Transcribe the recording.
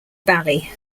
bally